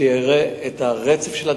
שיראה את הרצף של הדברים,